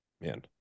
man